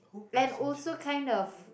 and also kind of